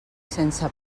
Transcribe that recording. sense